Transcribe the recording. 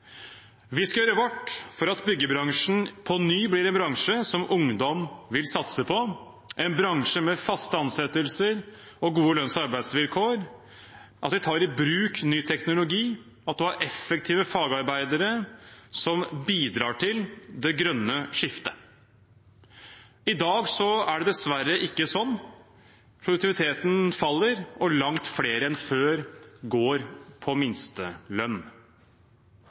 Vi skal gjøre vårt for at byggebransjen på ny blir en bransje som ungdom vil satse på, en bransje med faste ansettelser og gode lønns- og arbeidsvilkår, at vi tar i bruk ny teknologi, og at en har effektive fagarbeidere som bidrar til det grønne skiftet. I dag er det dessverre ikke sånn. Produktiviteten faller, og langt flere enn før går på